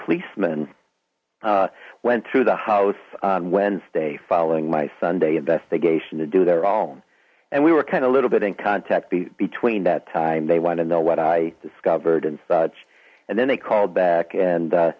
policeman went through the house on wednesday following my sunday investigation to do their own we were kind a little bit in contact be between that time they want to know what i discovered and such and then they call back and